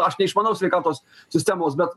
aš neišmanau sveikatos sistemos bet